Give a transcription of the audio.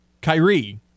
Kyrie